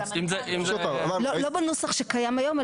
לא בנוסח שקיים היום,